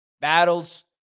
Battles